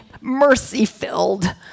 mercy-filled